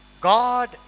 God